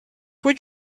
would